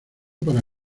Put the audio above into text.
para